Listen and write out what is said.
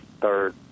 third